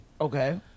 Okay